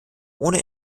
ohne